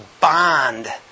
bond